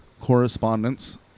correspondence